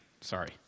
Sorry